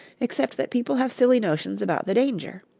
except that people have silly notions about the danger.